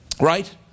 right